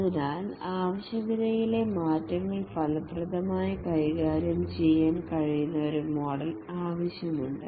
അതിനാൽ ആവശ്യകതയിലെ മാറ്റങ്ങൾ ഫലപ്രദമായി കൈകാര്യം ചെയ്യാൻ കഴിയുന്ന ഒരു മോഡൽ ആവശ്യമുണ്ട്